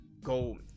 go